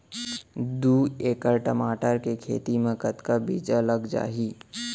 दू एकड़ टमाटर के खेती मा कतका बीजा लग जाही?